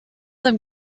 them